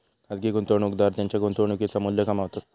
खाजगी गुंतवणूकदार त्येंच्या गुंतवणुकेचा मू्ल्य कमावतत